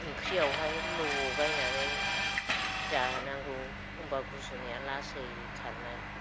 ओंख्रियावहाय लगायनानै जानांगौ होम्बा गुजुनाया लासै खारनाय